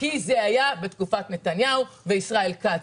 כי זה היה בתקופת נתניהו וישראל כץ.